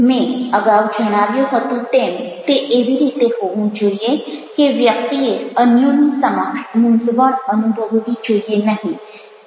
મેં અગાઉ જણાવ્યું હતું તેમ તે એવી રીતે હોવું જોઈએ કે વ્યક્તિએ અન્યોની સમક્ષ મૂંઝવણ અનુભવવી જોઈએ નહિ